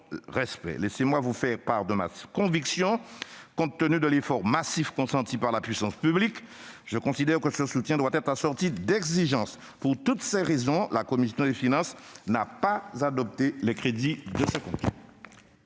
Laissez-moi vous faire part de ma conviction. Compte tenu de l'effort massif consenti par la puissance publique, je considère que ce soutien doit être assorti d'exigences. Pour toutes ces raisons, la commission des finances n'a pas adopté les crédits du compte